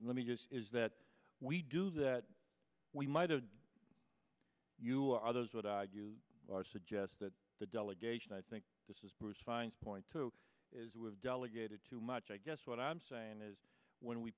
let me guess is that we do that we might have you or others would argue i suggest that the delegation i think this is bruce fein to point to is we have delegated too much i guess what i'm saying is when we